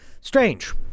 strange